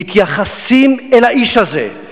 מתייחסים אל האיש הזה,